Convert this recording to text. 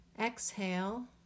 Exhale